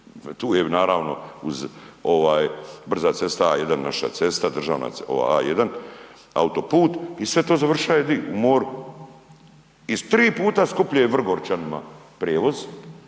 tu je naravno brza cesta A1, naša cesta, državna ova A1, autoput i sve to završava di? U moru,. I tri puta skuplje je Vrgorčanima prijevoz,